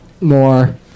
more